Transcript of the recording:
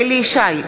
אליהו ישי,